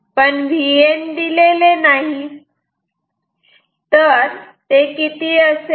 पण Vn दिलेले नाही तर ते किती असेल